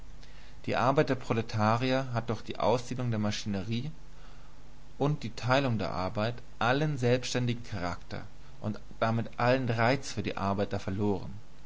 die arbeit der proletarier hat durch die ausdehnung der maschinerie und die teilung der arbeit allen selbständigen charakter und damit allen reiz für die arbeiter verloren